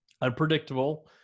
unpredictable